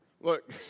look